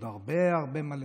יש עוד הרבה הרבה מה לתקן,